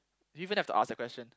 do you even have to ask that question